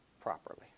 properly